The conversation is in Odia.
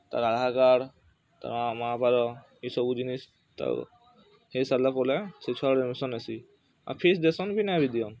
ତାର୍ ଆଧାର୍ କାର୍ଡ଼୍ ତା ମା' ବାପାର ଇସବୁ ଜିନିଷ୍ ତ ହେଇ ସାରିଲା ପରେ ସେଇ ଛୁଆର ଆଡ଼ମିସନ୍ ହେସି ଆଉ ଫିସ୍ ଦେସନ୍ ନାଇଁ ବି ଦିଅନ୍